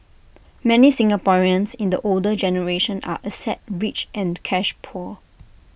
many Singaporeans in the older generation are asset rich and cash poor